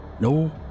No